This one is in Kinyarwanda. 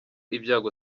ibyago